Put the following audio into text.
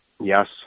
Yes